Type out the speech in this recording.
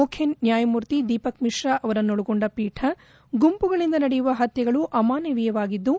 ಮುಖ್ಯ ನ್ಯಾಯಮೂರ್ತಿ ದೀಪಕ್ ಮಿಶ್ರಾ ಅವರನ್ನೊಳಗೊಂಡ ಪೀಠ ಗುಂಪುಗಳಿಂದ ನಡೆಯುವ ಹತ್ಲೆಗಳು ಅಮಾನವೀಯವಾಗಿದ್ದು